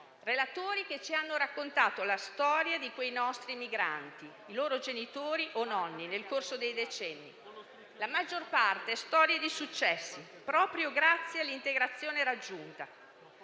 relatori che ci hanno raccontato la storia di quei nostri migranti, i loro genitori o nonni, nel corso dei decenni. La maggior parte sono storie di successo, proprio grazie all'integrazione raggiunta.